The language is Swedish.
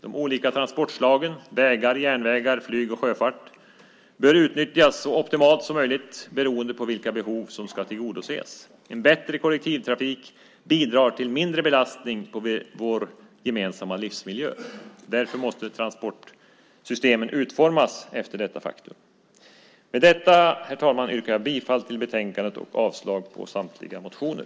De olika transportslagen, vägar, järnvägar, flyg och sjöfart, bör utnyttjas så optimalt som möjligt beroende på vilka behov som ska tillgodoses. En bättre kollektivtrafik bidrar till mindre belastning på vår gemensamma livsmiljö. Därför måste transportsystem utformas efter detta faktum. Med detta, herr talman, yrkar jag bifall till förslaget i betänkandet och avslag på samtliga motioner.